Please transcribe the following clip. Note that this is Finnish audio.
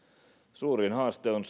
suurin haaste on